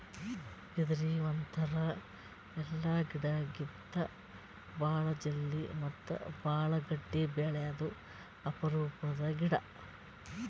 ಬಿದಿರ್ ಒಂಥರಾ ಎಲ್ಲಾ ಗಿಡಕ್ಕಿತ್ತಾ ಭಾಳ್ ಜಲ್ದಿ ಮತ್ತ್ ಭಾಳ್ ಗಟ್ಟಿ ಬೆಳ್ಯಾದು ಅಪರೂಪದ್ ಗಿಡಾ